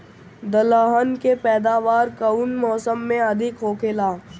दलहन के पैदावार कउन मौसम में अधिक होखेला?